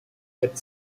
that